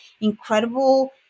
incredible